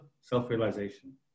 self-realization